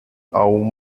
aún